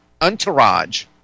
entourage